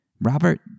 Robert